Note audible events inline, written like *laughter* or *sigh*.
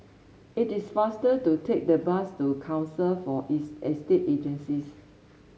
it is faster to take the bus to Council for *unintelligible* Estate Agencies